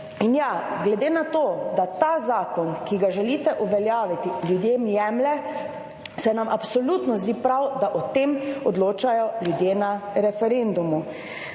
In ja, glede na to, da ta zakon, ki ga želite uveljaviti, ljudem jemlje, se nam absolutno zdi prav, da o tem odločajo ljudje na referendumu.